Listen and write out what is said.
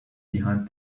behind